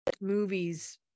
movies